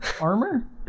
armor